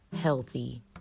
healthy